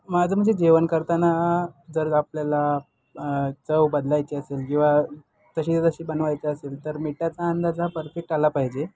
माझं म्हणजे जेवण करताना जर आपल्याला चव बदलायची असेल किंवा जशीच्या तशी बनवायची असेल तर मिठाचा अंदाज हा परफेक्ट आला पाहिजे